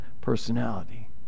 personality